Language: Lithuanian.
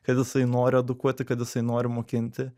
kad jisai nori edukuoti kad jisai nori mokinti